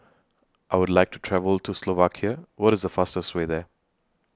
I Would like to travel to Slovakia What IS The fastest Way There